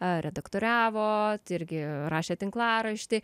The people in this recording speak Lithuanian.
redaktoriavot irgi rašėt tinklaraštį